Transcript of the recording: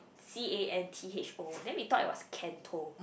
C A N T H O then we thought it was Cantho